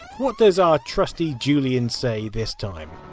what does our trusty julian say this time?